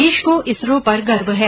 देश को इसरो पर गर्व है